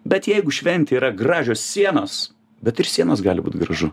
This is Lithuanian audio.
bet jeigu šventė yra gražios sienos bet ir sienos gali būt gražu